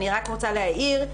אני רק רוצה להעיר,